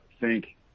thank